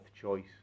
choice